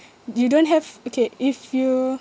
you don't have okay if you